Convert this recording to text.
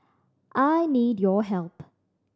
I need your help